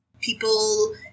people